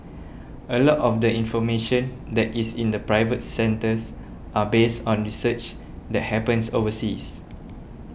a lot of the information that is in the private centres are based on research that happens overseas